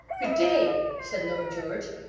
good day said lord george,